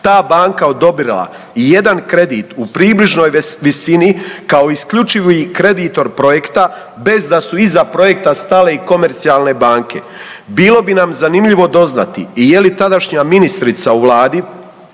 ta banka odobrila ijedan kredit u približnoj visini kao isključivi kreditor projekta bez da su iza projekta stale i komercionalne banke? Bilo bi nam zanimljivo doznati i je li tadašnja ministrica u vladi